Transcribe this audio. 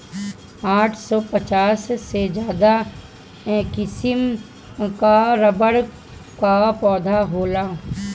आठ सौ पचास से ज्यादा किसिम कअ रबड़ कअ पौधा होला